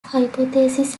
hypothesis